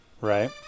right